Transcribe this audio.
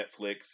Netflix